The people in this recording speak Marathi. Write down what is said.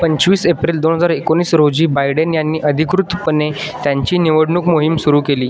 पंचवीस एप्रिल दोन हजार एकोणीस रोजी बायडन यांनी अधिकृतपणे त्यांची निवडणूक मोहीम सुरू केली